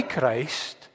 Christ